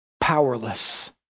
powerless